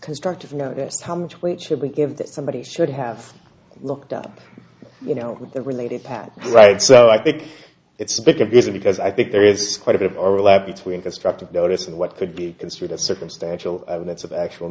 constructive notice how much weight should we give that somebody should have looked up you know with a related path right so i it's a big abuser because i think there is quite a bit of overlap between constructive notice and what could be construed as circumstantial evidence of actual